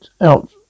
out